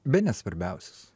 bene svarbiausias